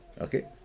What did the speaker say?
Okay